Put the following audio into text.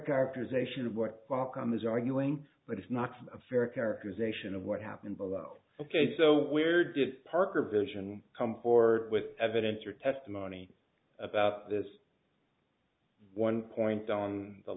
characterization of what qualcomm is arguing but it's not a fair characterization of what happened below ok so we're dip parker vision come forward with evidence or testimony about this one point on the